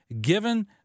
given